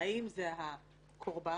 האם הקורבן,